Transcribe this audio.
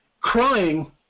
crying